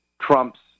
trumps